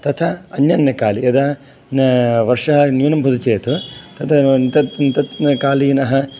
तथा अन्य अन्यकाले यदा वर्षा न्यूनं भवति चेत् तत्कालीनः